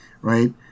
right